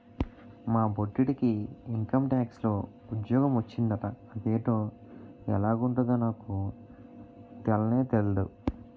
మా బొట్టిడికి ఇంకంటాక్స్ లో ఉజ్జోగ మొచ్చిందట అదేటో ఎలగుంటదో నాకు తెల్నే తెల్దు